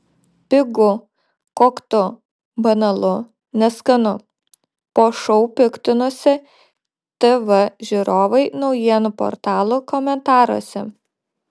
pigu koktu banalu neskanu po šou piktinosi tv žiūrovai naujienų portalų komentaruose